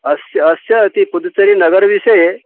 अस्य अस्य इति पुदचरीनगरविषये